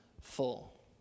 full